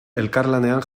elkarlanean